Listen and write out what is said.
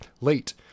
late